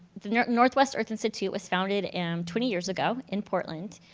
the northwest earth institute was founded twenty years ago in portland